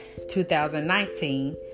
2019